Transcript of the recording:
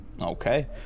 okay